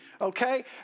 okay